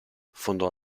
fondò